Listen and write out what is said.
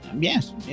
Yes